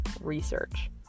research